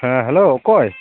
ᱦᱮᱸ ᱦᱮᱞᱳ ᱚᱠᱚᱭ